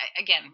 again